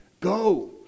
Go